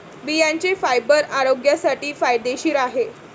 बियांचे फायबर आरोग्यासाठी फायदेशीर आहे